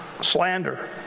slander